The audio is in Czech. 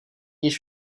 již